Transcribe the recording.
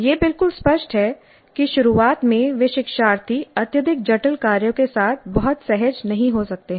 यह बिल्कुल स्पष्ट है कि शुरुआत में वे शिक्षार्थी अत्यधिक जटिल कार्यों के साथ बहुत सहज नहीं हो सकते हैं